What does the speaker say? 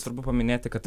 svarbu paminėti kad